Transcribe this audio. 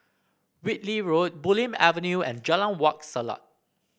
Whitley Road Bulim Avenue and Jalan Wak Selat